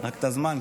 רק את הזמן.